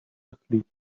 asleep